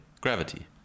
gravity